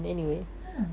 ya